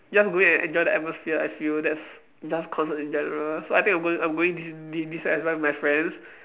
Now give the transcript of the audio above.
just go in and enjoy the atmosphere I feel that's just concert in general so I think I'm going I'm going this this year as well with my friends